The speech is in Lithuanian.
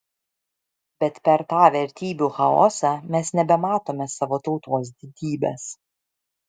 bet per tą vertybių chaosą mes nebematome savo tautos didybės